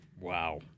Wow